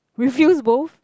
refuse both